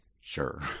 sure